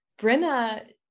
Brenna